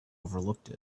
overlooked